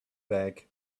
bag